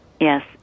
Yes